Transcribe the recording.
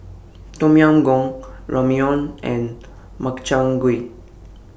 Tom Yam Goong Ramyeon and Makchang Gui